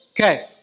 Okay